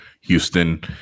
Houston